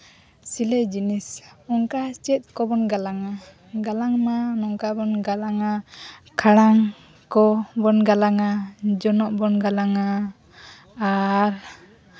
ᱥᱤᱞᱟᱹᱭ ᱡᱤᱱᱤᱥ ᱚᱱᱠᱟ ᱪᱮᱫ ᱠᱚᱵᱚᱱ ᱜᱟᱞᱟᱝᱼᱟ ᱜᱟᱞᱟᱝ ᱢᱟ ᱱᱚᱝᱠᱟ ᱵᱚᱱ ᱜᱟᱞᱟᱝᱼᱟ ᱠᱷᱟᱲᱟᱝ ᱠᱚᱵᱚᱱ ᱜᱟᱞᱟᱝᱼᱟ ᱡᱚᱱᱚᱜ ᱵᱚᱱ ᱜᱟᱞᱟᱝᱟ ᱟᱨ